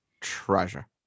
treasure